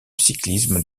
cyclisme